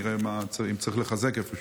נראה אם צריך לחזק איפשהו.